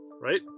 right